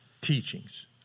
teachings